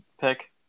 pick